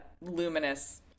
luminous